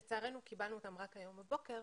לצערנו, קיבלנו אותם רק היום בבוקר,